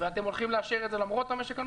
ואתם הולכים לאשר את זה למרות המשק הנוסף?